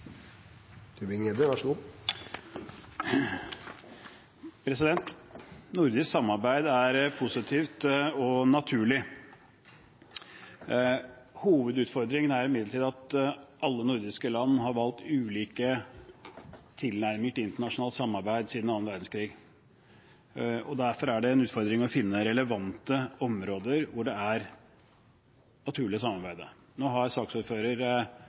imidlertid at alle nordiske land har valgt ulike tilnærminger til internasjonalt samarbeid siden annen verdenskrig. Derfor er det en utfordring å finne relevante områder hvor det er naturlig å samarbeide. Nå har